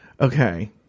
Okay